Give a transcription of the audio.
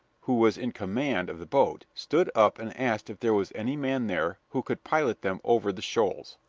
who was in command of the boat, stood up and asked if there was any man there who could pilot them over the shoals.